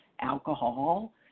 alcohol